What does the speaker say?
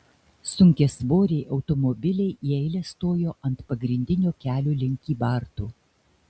sunkiasvoriai automobiliai į eilę stojo ant pagrindinio kelio link kybartų